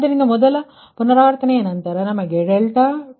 ಆದ್ದರಿಂದ ಮೊದಲ ಪುನರಾವರ್ತನೆಯ ನಂತರ ನಮಗೆ 2ವು 3